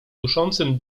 duszącym